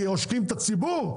כי עושקים את הציבור?